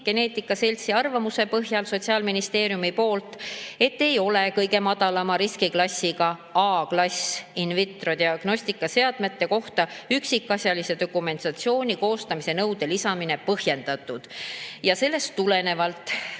Meditsiinigeneetika Seltsi arvamuse põhjal, selle tegi Sotsiaalministeerium. Nimelt ei ole kõige madalama riskiklassiga (A‑klass)in vitrodiagnostikaseadmete kohta üksikasjalise dokumentatsiooni koostamise nõude lisamine põhjendatud. Sellest tulenevalt